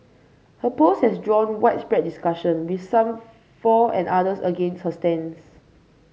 her post has drawn widespread discussion with some for and others against her stance